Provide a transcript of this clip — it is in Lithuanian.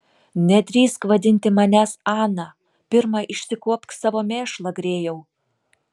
nedrįsk vadinti manęs ana pirma išsikuopk savo mėšlą grėjau